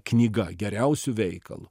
knyga geriausiu veikalu